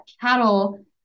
cattle